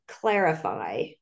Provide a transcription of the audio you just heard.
clarify